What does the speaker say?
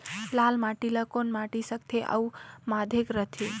लाल माटी ला कौन माटी सकथे अउ के माधेक राथे?